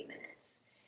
minutes